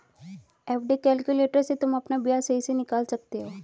FD calculator से तुम अपना ब्याज सही से निकाल सकते हो